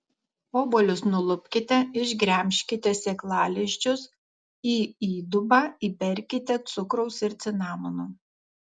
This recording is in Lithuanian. obuolius nulupkite išgremžkite sėklalizdžius į įdubą įberkite cukraus ir cinamono